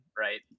Right